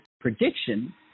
prediction